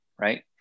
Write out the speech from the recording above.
right